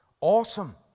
Awesome